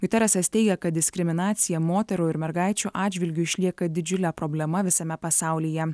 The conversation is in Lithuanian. guteresas teigia kad diskriminacija moterų ir mergaičių atžvilgiu išlieka didžiule problema visame pasaulyje